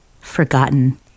forgotten